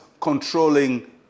controlling